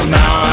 now